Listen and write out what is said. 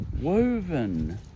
woven